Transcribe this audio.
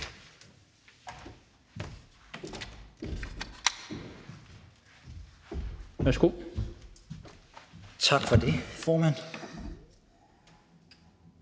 (DF): Tak for det, formand.